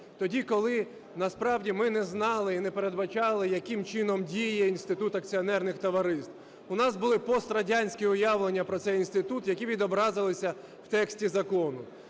тоді, коли насправді ми не знали і не передбачали яким чином діє інститут акціонерних товариств. У нас були пострадянські уявлення про цей інститут, які відобразилися в тексті закону.